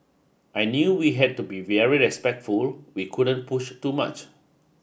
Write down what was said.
I knew we had to be very respectful we couldn't push too much